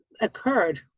occurred